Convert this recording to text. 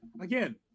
Again